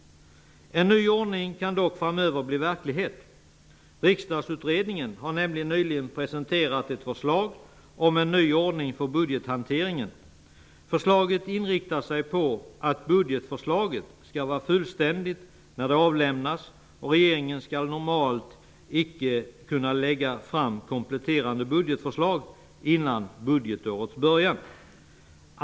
En ny ordning kan dock bli verklighet framöver. Riksdagsutredningen har nämligen nyligen presenterat ett förslag om en ny ordning för budgethanteringen. Förslaget är inriktat på att budgetförslaget skall vara fullständigt när det avlämnas och att regeringen normalt icke skall kunna lägga fram kompletterande budgetförslag innan budgetårets början.